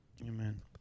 Amen